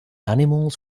animals